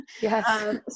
Yes